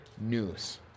news